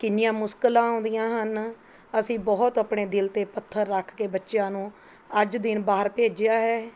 ਕਿੰਨੀਆਂ ਮੁਸਕਲਾਂ ਆਉਂਦੀਆਂ ਹਨ ਅਸੀਂ ਬਹੁਤ ਆਪਣੇ ਦਿਲ 'ਤੇ ਪੱਥਰ ਰੱਖ ਕੇ ਬੱਚਿਆਂ ਨੂੰ ਅੱਜ ਦਿਨ ਬਾਹਰ ਭੇਜਿਆ ਹੈ